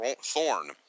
Thorn